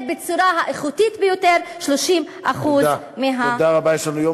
בצורה האיכותית ביותר 30% מהתלמידים.